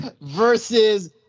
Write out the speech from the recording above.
versus